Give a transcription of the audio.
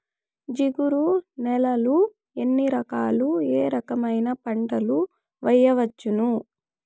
జిగురు నేలలు ఎన్ని రకాలు ఏ రకమైన పంటలు వేయవచ్చును?